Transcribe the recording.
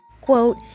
quote